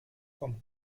vom